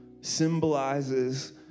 symbolizes